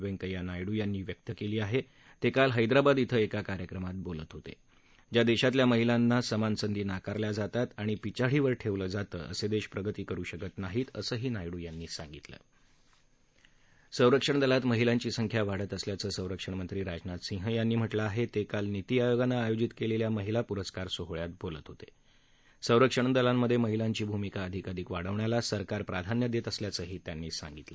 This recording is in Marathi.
व्यंकैय्या नायडू यांनी व्यक्त क्ली आहाराकाल हैदराबाद इथं एका कार्यक्रमात बोलत होता क्या दर्शातल्या महिलांना महिलांना समान संधी नाकारल्या जातात आणि पिछाडीवर ठक्के जातं असद्विधीप्रगती करू शकत नाहीत असंही नायडू यावळी म्हणालक्ष संरक्षण दलात महिलांची संख्या वाढत असल्याचं संरक्षणमंत्री राजनाथ सिंह यांनी म्हटलं आहा किकाल नीती आयोगानं आयोजित क्लिखित महिला पुरस्कार सोहळ्यात बोलत होता अंरक्षण दलांमध्यप्रिहिलांची भूमिका अधिकाधिक वाढवण्याला सरकार प्राधान्य दक्ष असल्याचही त्यांनी सांगितलं